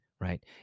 right